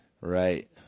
Right